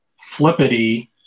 Flippity